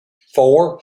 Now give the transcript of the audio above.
four